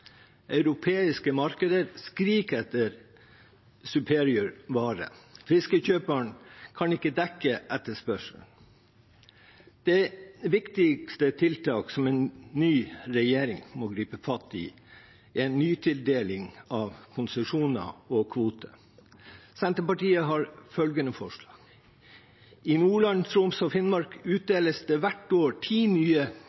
Europeiske markeder skriker etter «superior» vare. Fiskekjøperne kan ikke dekke etterspørselen. Det viktigste tiltaket en ny regjering må gripe fatt i, er en nytildeling av konsesjoner og kvoter. Senterpartiet har følgende forslag: I Nordland, Troms og Finnmark